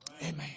Amen